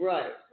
Right